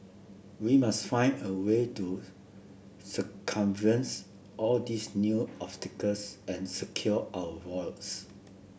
we must find a way to circumvents all these new obstacles and secure our votes